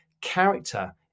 character